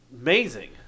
amazing